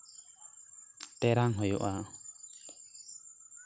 ᱴᱮᱨᱟᱝ ᱦᱩᱭᱩᱜᱼᱟ